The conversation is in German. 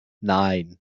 nein